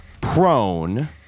prone